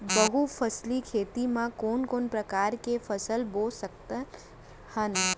बहुफसली खेती मा कोन कोन प्रकार के फसल बो सकत हन?